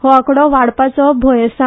हो आकडो वाडपाचो भंय आसा